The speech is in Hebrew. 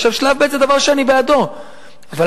עכשיו,